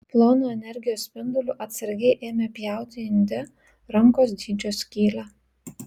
plonu energijos spinduliu atsargiai ėmė pjauti inde rankos dydžio skylę